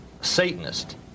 satanist